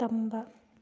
ꯇꯝꯕ